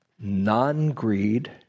Non-greed